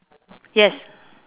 yes